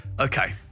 Okay